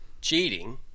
cheating